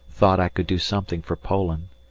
thought i could do something for poland,